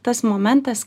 tas momentas